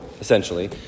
essentially